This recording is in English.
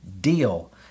deal